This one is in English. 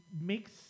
makes